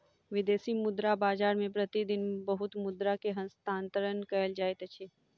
विदेशी मुद्रा बाजार मे प्रति दिन बहुत मुद्रा के हस्तांतरण कयल जाइत अछि